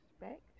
respect